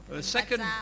second